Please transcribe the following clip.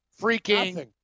freaking